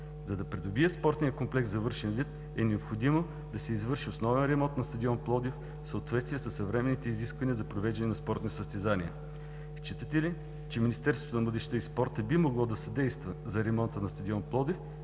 За да придобие спортният комплекс завършен вид е необходимо да се извърши основен ремонт на стадион „Пловдив“ в съответствие със съвременните изисквания за провеждане на спортни състезания. Считате ли, че Министерството на младежта и спорта би могло да съдейства за ремонта на стадион „Пловдив“